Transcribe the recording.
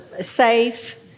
safe